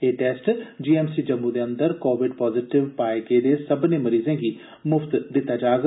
एह् test G M C Jammu दे अंदर कोविड पाजिटिव पाए गेदे सब्भर्ने मरीजें लेई मुफ्त कीता जाग